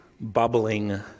bubbling